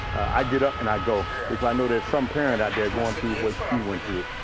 i get up and i go because i know that some parents out there going through what she went through,